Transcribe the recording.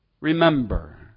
Remember